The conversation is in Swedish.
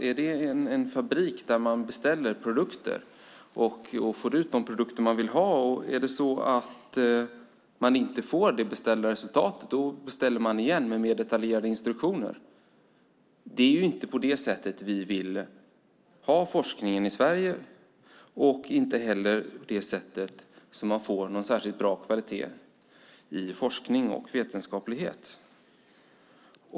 Är det fråga om en fabrik där man beställer produkter och får ut de produkter man vill ha? Och är det så att man om man inte får beställt resultat beställer igen men då med mer detaljerade instruktioner? Det är inte på det sättet vi vill ha forskningen i Sverige. Det är inte heller på det sättet man får en särskilt bra kvalitet inom forskning och vetenskaplighet.